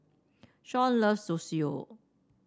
Shaun loves Zosui